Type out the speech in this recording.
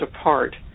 apart